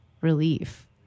relief